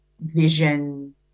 Vision